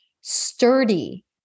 sturdy